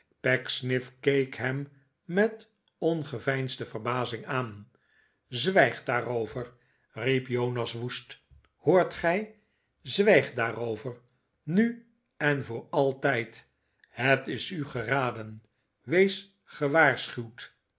keek hem met ongeveinsde verbazing aan zwijg daarover riep jonas woest hoort gij zwijg daarover nu en voor altijd het is u geraden wees gewaarschuwd